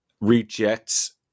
rejects